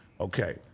Okay